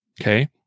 okay